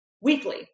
weekly